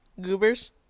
Goobers